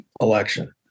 election